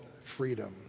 freedom